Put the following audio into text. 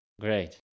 Great